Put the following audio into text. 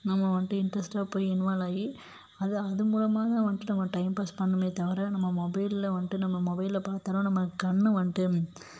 நம்ம வந்ட்டு இன்ட்ரெஸ்ட்டாக போயி இன்வால்வ் ஆகி அது அது மூலமாக வந்ட்டு நம்ம டைம் பாஸ் பண்ணுமே தவிர நம்ம மொபைலில் வந்ட்டு நம்ம மொபைலை பார்த்தோன்னா நம்ம கண்ணு வந்ட்டு